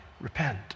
repent